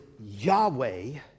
Yahweh